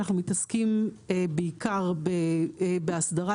אנחנו מתעסקים בעיקר בהסדרה.